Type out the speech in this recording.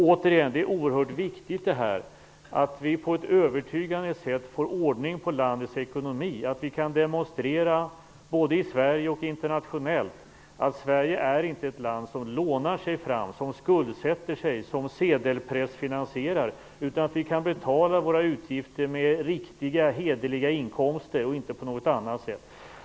Återigen: Det är oerhört viktigt att vi på ett övertygande sätt får ordning på landets ekonomi och att vi kan demonstrera, både i Sverige och internationellt, att Sverige inte är ett land som lånar sig fram, som skuldsätter sig eller som sedelpressfinansierar. Vi betalar våra utgifter med riktiga, hederliga inkomster och inte på något annat sätt.